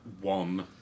one